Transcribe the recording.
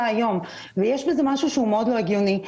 היום ויש בזה משהו שהוא מאוד לא הגיוני.